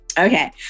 Okay